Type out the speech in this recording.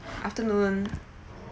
afternoon